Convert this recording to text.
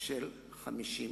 של 50 קולות.